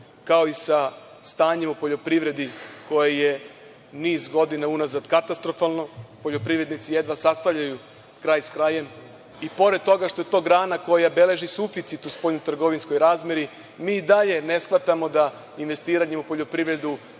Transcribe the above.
kao i sa stanjem u poljoprivredi koje je niz godina unazad katastrofalno, poljoprivrednici jedva sastavljaju kraj sa krajem i, pored toga što je to grana koja beleži suficit u spoljnotrgovinskoj razmeni, mi i dalje ne shvatamo da investiranjem u poljoprivredu